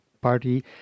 Party